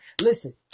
Listen